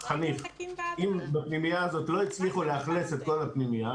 אם בפנימייה הזאת לא הצליחו לאכלס את כל הפנימייה,